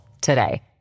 today